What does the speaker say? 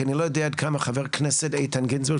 כי אני לא יודע עד כמה חבר הכנסת איתן גינזבורג,